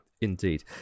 Indeed